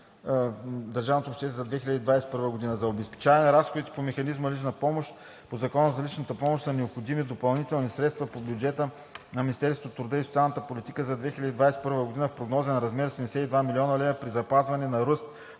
държавното обществено осигуряване за 2021 г.). За обезпечаване разходите по механизма лична помощ по Закона за личната помощ са необходими допълнителни средства по бюджета на Министерството на труда и социалната политика за 2021 г. в прогнозен размер 72 млн. лв. при запазване на ръст